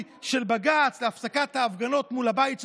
של בג"ץ להפסקת ההפגנות מול הבית שלך,